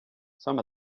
some